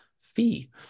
fee